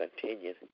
continue